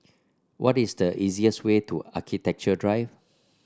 what is the easiest way to Architecture Drive